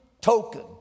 token